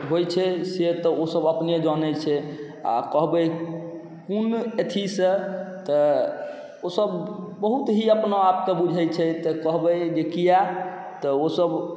होइत छै से तऽ ओसभ अपने जानैत छै आ कहबै कोन अथीसँ तऽ ओसभ बहुत ही अपना आपके बुझैत छै तऽ कहबै जे किया तऽ ओसभ